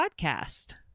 podcast